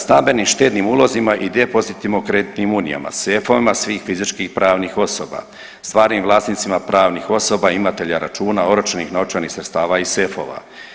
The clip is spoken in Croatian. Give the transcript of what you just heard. Stambenim štednim ulozima i depozitima u kreditnim unijama, sefovima svih fizičkih i pravnih osoba, stvarnim vlasnicima pravnih osoba, imatelja računa, oročenih novčanih sredstava i sefova.